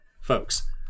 Folks